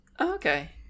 Okay